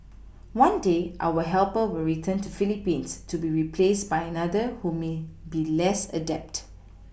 one day our helper will return to PhilipPines to be replaced by another who may be less adept